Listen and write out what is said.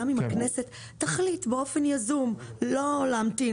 גם אם הכנסת תחליט באופן יזום לא להמתין